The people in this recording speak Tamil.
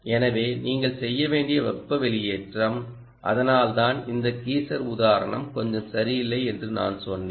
எனவே நீங்கள் செய்ய வேண்டிய வெப்ப வெளியேற்றம் அதனால்தான் இந்த கீசர் உதாரணம் கொஞ்சம் சரியில்லை என்று நான் சொன்னேன்